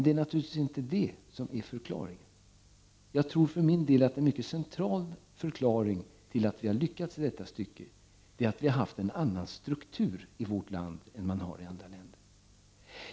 Det är naturligtvis inte förklaringen. Jag tror för min del att en mycket central förklaring till att vi har lyckats i detta avseende är att vi har haft en annan struktur i vårt land än man har i andra länder.